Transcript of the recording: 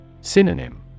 Synonym